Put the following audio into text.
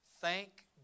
Thank